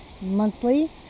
monthly